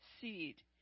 seed